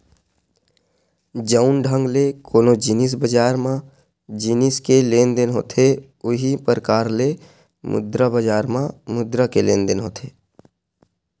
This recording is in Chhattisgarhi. जउन ढंग ले कोनो जिनिस बजार म जिनिस के लेन देन होथे उहीं परकार ले मुद्रा बजार म मुद्रा के लेन देन होथे